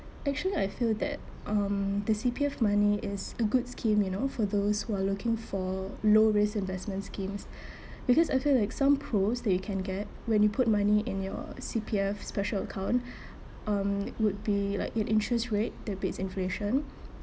actually I feel that um the C_P_F money is a good scheme you know for those who are looking for low risk investment schemes because I feel like some pros that you can get when you put money in your C_P_F special account um would be like i~ interest rate that beats inflation